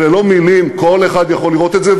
אלה לא מילים, כל אחד יכול לראות את זה.